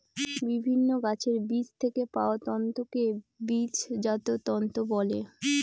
বিভিন্ন গাছের বীজ থেকে পাওয়া তন্তুকে বীজজাত তন্তু বলে